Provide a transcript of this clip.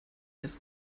his